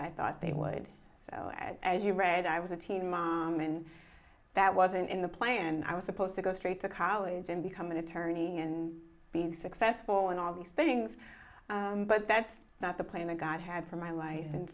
i thought they would so as you read i was a teen mom and that wasn't in the plan and i was supposed to go straight to college and become an attorney and being successful and all these things but that's not the plane the god had for my life and